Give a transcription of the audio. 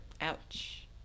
Ouch